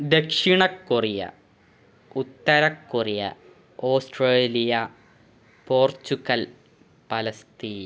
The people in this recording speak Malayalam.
ദക്ഷിണ കൊറിയ ഉത്തര കൊറിയ ഓസ്ട്രേലിയ പോർച്ചുഗൽ പലസ്തീൻ